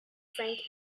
frank